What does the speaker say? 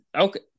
okay